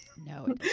No